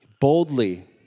Boldly